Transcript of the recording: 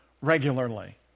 regularly